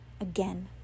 again